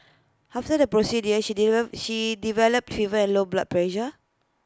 after the procedure she develop she developed fever and low blood pressure